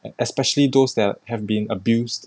es~ especially those that have been abused